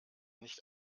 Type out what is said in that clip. nicht